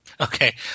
Okay